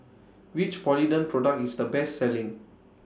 Which Polident Product IS The Best Selling